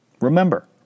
Remember